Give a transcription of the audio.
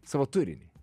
savo turinį